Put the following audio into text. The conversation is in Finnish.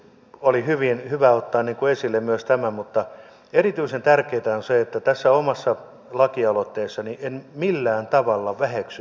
oli hyvä ottaa esille myös tämä mutta erityisen tärkeätä on se että tässä omassa lakialoitteessani en millään tavalla väheksy alkoholin haittoja